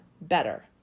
better